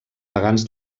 pagans